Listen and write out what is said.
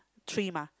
three mah